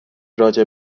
راجع